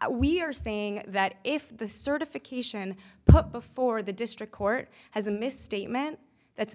i we are saying that if the certification but before the district court has a misstatement that's